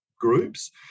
groups